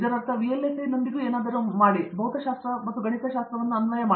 ಇದರರ್ಥ VLSI ಯೊಂದಿಗೆ ಏನನ್ನಾದರೂ ಮಾಡಿದ್ದರೆ ಅಲ್ಲಿ ನಿಮ್ಮ ಭೌತಶಾಸ್ತ್ರ ಮತ್ತು ಗಣಿತಶಾಸ್ತ್ರ ಅನ್ವಯಿಸುತ್ತಾರೆ